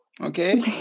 okay